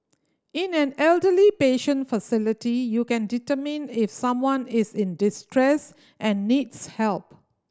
in an elderly patient facility you can determine if someone is in distress and needs help